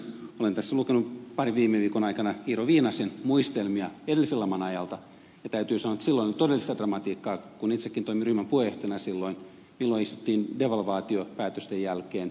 olen tässä lukenut parin viime viikon aikana iiro viinasen muistelmia edellisen laman ajalta ja täytyy sanoa että silloin oli todellista dramatiikkaa kun itsekin toimin ryhmän puheenjohtajana silloin kun istuttiin devalvaatiopäätösten jälkeen